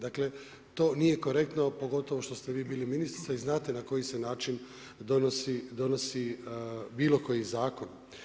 Dakle, to nije korektno pogotovo što ste vi bili ministrica i znate na koji se način donosi bilo koji zakon.